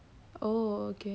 oh okay